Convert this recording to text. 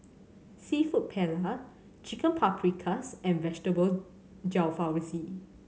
Seafood Paella Chicken Paprikas and Vegetable Jalfrezi